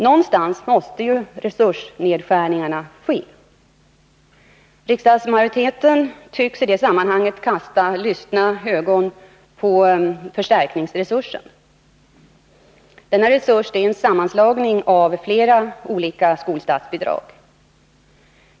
Någonstans måste resursnedskärningarna ske. Riksdagsmajoriteten tycks i det sammanhanget kasta lystna ögon på förstärkningsresursen. Denna resurs är en sammanslagning av flera olika skolstatsbidrag.